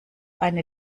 eine